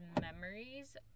memories